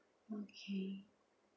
okay